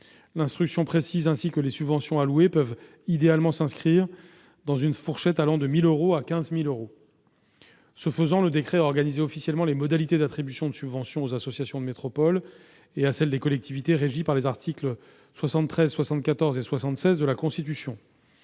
L'instruction précise ainsi que les subventions allouées peuvent idéalement s'inscrire dans une fourchette allant de 1 000 à 15 000 euros. Ce faisant, le décret a organisé officiellement les modalités d'attribution de subventions aux associations de métropole et à celles des collectivités régies par les articles 73, 74 et 76 de la Constitution.